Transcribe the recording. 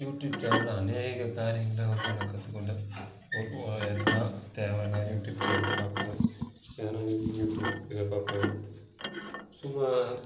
YouTube சேனலில் அநேக காரியங்களை வந்து நான் கற்றுக்கொண்டேன் இப்போது எதனா தேவைன்னா யூடியூப் சேனலில் பார்ப்பேன் எதனா யூடியூப் இதில் பார்ப்பேன் சும்மா